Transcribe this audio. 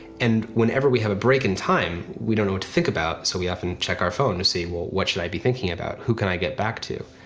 and whenever we have a break in time, we don't know what to think about so we often check our phone to see what what should i be thinking about, who can i get back to?